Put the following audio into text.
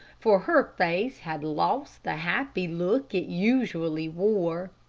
for her face had lost the happy look it usually wore.